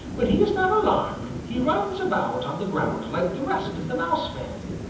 when he is not alarmed he runs about on the ground like the rest of the mouse family.